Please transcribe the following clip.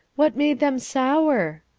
what made them sour?